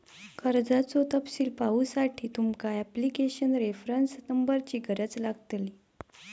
कर्जाचो तपशील पाहुसाठी तुमका ॲप्लीकेशन रेफरंस नंबरची गरज लागतली